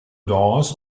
doors